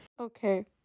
okay